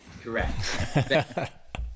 Correct